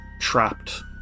Trapped